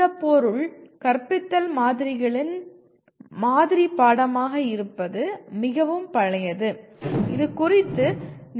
இந்த பொருள் கற்பித்தல் மாதிரிகளின்மாதிரி பாடமாக இருப்பது மிகவும் பழையது இது குறித்து நிறைய இலக்கியங்கள் உள்ளன